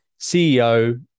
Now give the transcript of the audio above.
ceo